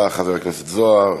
תודה, חבר הכנסת זוהר.